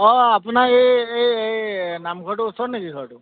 অঁ আপোনাৰ এই এই এই নামঘৰটো ওচৰত নেকি ঘৰটো